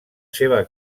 seva